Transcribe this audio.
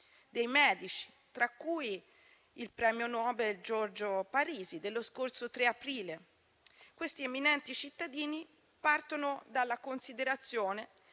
dei medici, tra cui il premio Nobel Giorgio Parisi dello scorso 3 aprile. Questi eminenti cittadini partono dalla considerazione